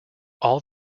all